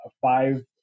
five